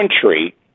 country